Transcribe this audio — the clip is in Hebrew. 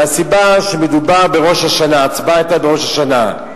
מהסיבה שההצבעה היתה בראש השנה.